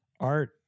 Art